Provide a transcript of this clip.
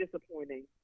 disappointing